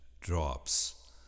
drops